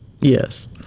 yes